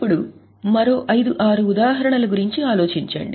ఇప్పుడు మరో 5 6 ఉదాహరణల గురించి ఆలోచించండి